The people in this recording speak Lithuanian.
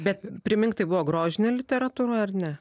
bet primink tai buvo grožinė literatūra ar ne